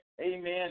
amen